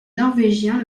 norvégien